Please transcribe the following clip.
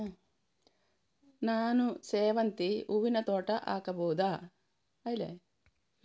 ನಾನು ಸೇವಂತಿ ಹೂವಿನ ತೋಟ ಹಾಕಬಹುದಾ?